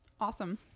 Awesome